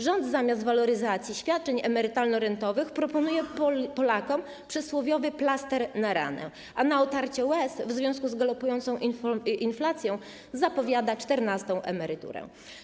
Rząd zamiast waloryzacji świadczeń emerytalno-rentowych proponuje Polakom przysłowiowy plaster na ranę, a na otarcie łez w związku z galopującą inflacją zapowiada czternastą emeryturę.